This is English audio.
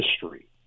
history